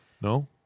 No